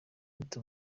gute